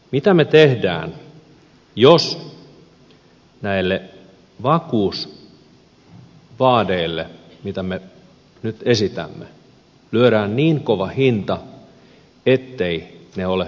mitä me teemme jos näille vakuusvaateille mitä me nyt esitämme lyödään niin kova hinta etteivät ne ole hyväksyttävissä